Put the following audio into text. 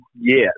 yes